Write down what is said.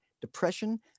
depression